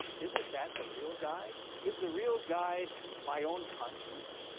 isn't that the real guide? is the real guide my own conscience?